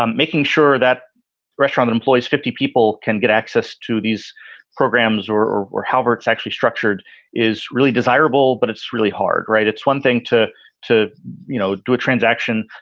um making sure that restaurant employs fifty people can get access to these programs or or however it's actually structured is really desirable, but it's really hard. right. it's one thing to to you know do a transaction.